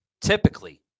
Typically